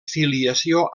filiació